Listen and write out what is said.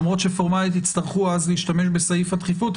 למרות שפורמלית תצטרכו אז להשתמש בסעיף הדחיפות.